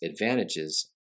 advantages